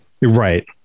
right